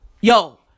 yo